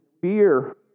fear